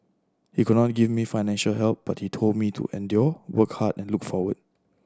he could not give me financial help but he told me to endure work hard and look forward